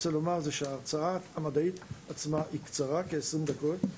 ההרצאה המדעית עצמה היא קצרה, כ-20 דקות.